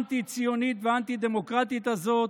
אנטי-ציונית ואנטי-דמוקרטית הזאת,